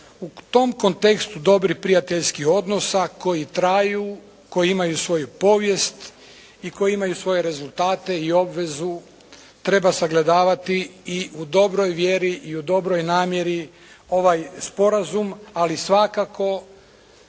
U tome kontekstu dobrih prijateljskih odnosa koji traju, koji imaju svoju povijest i koji imaju svoje rezultate i obvezu treba sagledavati i u dobroj vjeri, i u dobroj namjeri ovaj sporazum ali svakako